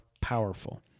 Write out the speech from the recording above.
powerful